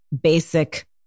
basic